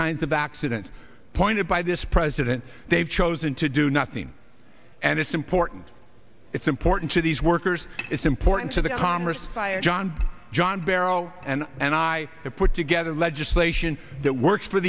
kinds of accident pointed by this president they've chosen to do nothing and it's important it's important to these workers it's important to the commerce i have john john barrow and and i put together legislation that works for